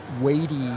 weighty